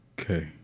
Okay